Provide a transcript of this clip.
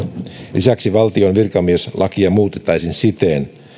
lisäksi valtion virkamieslakia muutettaisiin siten